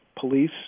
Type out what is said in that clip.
police